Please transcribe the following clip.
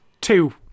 two